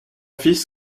fils